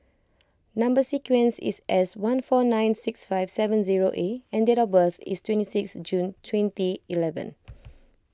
Number Sequence is S one four nine six five seven zero A and date of birth is twenty six June twenty eleven